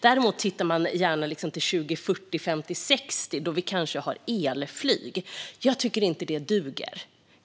Däremot tittar man gärna framåt mot 2040, 2050 eller 2060, då det kanske finns elflyg. Jag tycker inte att det duger.